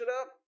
up